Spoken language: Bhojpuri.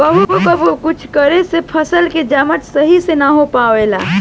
कबो कबो कुछ कारन से फसल के जमता सही से ना हो पावेला